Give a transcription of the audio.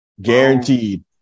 Guaranteed